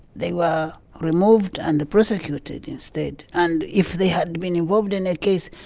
they were removed and prosecuted instead. and if they had been involved in a case,